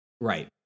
Right